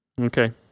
Okay